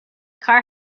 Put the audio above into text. car